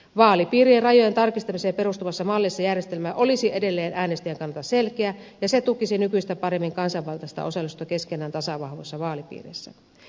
vaalipiirien rajojen tarkistamiseen perustuvassa mallissa järjestelmä olisi edelleen äänestäjän kannalta selkeä ja se tukisi nykyistä paremmin kansanvaltaista osallisuutta keskenään tasavahvoissa vaalipiireissä